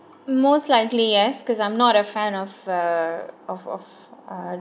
most likely yes cause I'm not a fan of uh of of uh